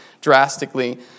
drastically